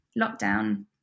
lockdown